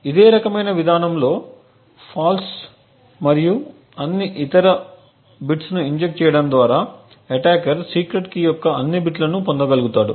ఇదే రకమైన విధానంలో ఫాల్స్ మరియు అన్ని ఇతర బిట్లను ఇంజెక్ట్ చేయడం ద్వారా అటాకర్ సీక్రెట్ కీ యొక్క అన్ని బిట్లను పొందగలుగుతాడు